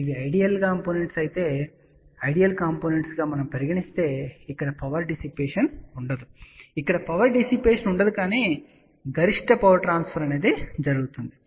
ఇవి ideal components అని మనం పరిగణిస్తే ఇక్కడ పవర్ డిసిపేషన్ ఉండదు ఇక్కడ పవర్ డిసిపేషన్ ఉండదు కాని గరిష్ట పవర్ ట్రాన్స్ఫర్ జరుగుతుంది